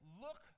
Look